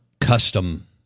Custom